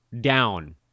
down